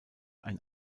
ein